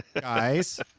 guys